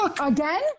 again